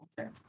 Okay